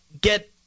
get